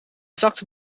zakte